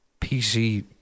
pc